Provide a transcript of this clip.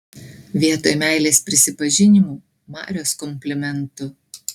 vietoj meilės prisipažinimų marios komplimentų